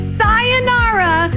sayonara